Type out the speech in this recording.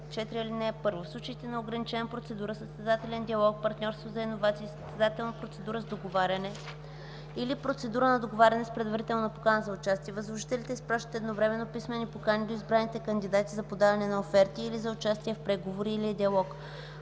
Чл. 34. (1) В случаите на ограничена процедура, състезателен диалог, партньорство за иновации, състезателна процедура с договаряне или процедура нa договаряне с предварителна покана за участие, възложителите изпращат едновременно писмени покани до избраните кандидати за подаване на оферти или за участие в преговори или диалог.